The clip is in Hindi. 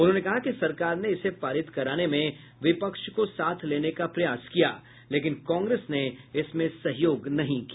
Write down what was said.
उन्होंने कहा कि सरकार ने इसे पारित कराने में विपक्ष को साथ लेने का प्रयास किया लेकिन कांग्रेस ने इसमें सहयोग नहीं किया